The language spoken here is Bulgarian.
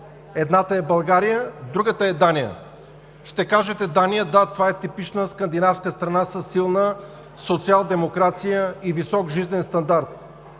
Едната е България, а другата – Дания. Ще кажете за Дания – да, това е типична скандинавска страна със силна социалдемокрация и висок жизнен стандарт.